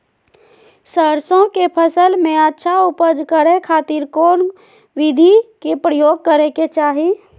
सरसों के फसल में अच्छा उपज करे खातिर कौन विधि के प्रयोग करे के चाही?